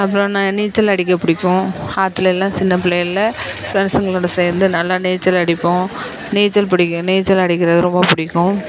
அப்புறம் ந நீச்சல் அடிக்க பிடிக்கும் ஆற்றுலேல்லாம் சின்னப் பிள்ளையில ஃப்ரெண்ட்ஸுங்களோடு சேர்ந்து நல்லா நீச்சல் அடிப்போம் நீச்சல் பிடிக்கும் நீச்சல் அடிக்கிறது ரொம்ப பிடிக்கும்